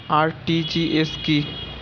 RTGS কি?